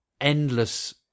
endless